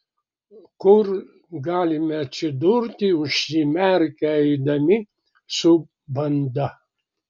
kur galime atsidurti užsimerkę eidami su banda